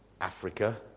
Africa